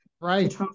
Right